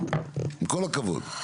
עם כל הכבוד.